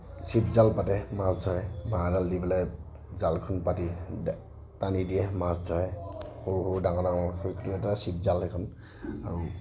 ছিপ জাল পাতে মাছ ধৰে বাঁহ এডাল দি পেলাই জালখন পাতি টানি দিয়ে মাছ ধৰে সৰু সৰু ডাঙৰ ডাঙৰ ছিপজাল এখন আৰু